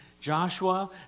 Joshua